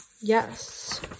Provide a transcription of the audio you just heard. yes